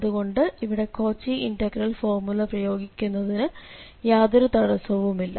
അതുകൊണ്ട് ഇവിടെ Cauchy integral formula പ്രയോഗിക്കുന്നതിന് യാതൊരു തടസ്സവുമില്ല